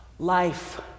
Life